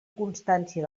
constància